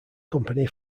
company